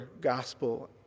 gospel